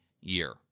year